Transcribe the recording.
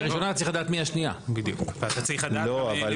לא, כי בשביל הראשונה אתה צריך לדעת מי השנייה.